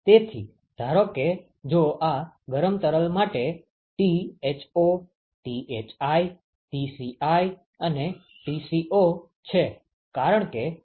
તેથી ધારો કે જો આ ગરમ તરલ માટે Tho Thi Tci અને Tco છે કારણ કે ક્ષમતા સમાન છે